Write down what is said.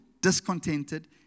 discontented